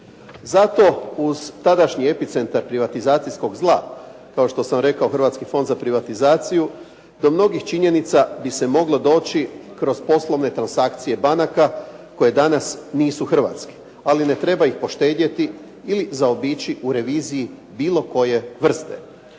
Zato uz tadašnji epicentar privatizacijskog zla kao što sam rekao Hrvatski fond za privatizaciju do mnogih činjenica bi se moglo doći kroz poslovne transakcije banaka koje danas nisu hrvatske ali ne treba ih poštedjeti ili zaobići u reviziji bilo koje vrste.